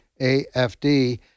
AFD